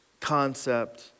concept